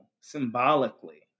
symbolically